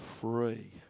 free